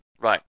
Right